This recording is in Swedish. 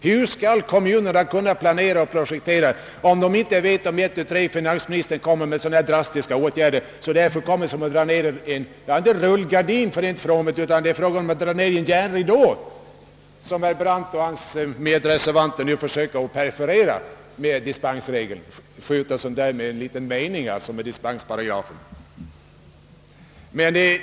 Hur skall kommunerna kunna planera och projektera om de inte vet om finansministern ett-tu-tre kommer med sådana här drastiska åtgärder? Det är som att dra ner en — rullgardin, nej en järnridå, som herr Brandt och hans medreservanter nu försöker perforera med dispensregeln.